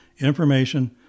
Information